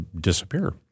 disappear